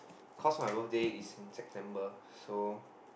cause my birthday is in September so